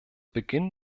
beginn